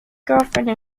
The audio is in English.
girlfriend